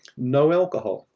no alcohol,